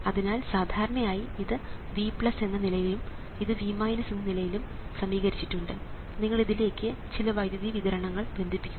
അതിനാൽ സാധാരണയായി ഇത് V എന്ന നിലയിലും ഇത് V എന്ന നിലയിലും സമീകരിച്ചിട്ടുണ്ട് നിങ്ങൾ ഇതിലേക്ക് ചില വൈദ്യുതി വിതരണങ്ങൾ ബന്ധിപ്പിക്കുക